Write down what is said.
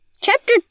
Chapter